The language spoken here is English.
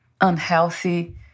unhealthy